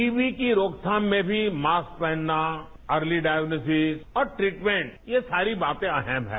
TB की रोकथाम में भी मास्क पहनना अर्ली डाइग्नॉसस और ट्रीटमेंट ये सारी बातें अहम हैं